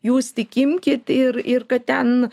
jūs tik imkit ir ir kad ten